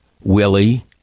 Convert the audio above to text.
Willie